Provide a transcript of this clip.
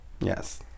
Yes